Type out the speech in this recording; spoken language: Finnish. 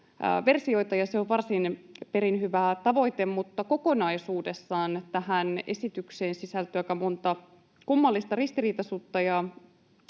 versioita. Se on perin hyvä tavoite, mutta kokonaisuudessaan tähän esitykseen sisältyy aika monta kummallista ristiriitaisuutta